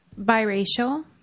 biracial